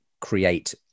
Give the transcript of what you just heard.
create